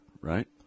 Right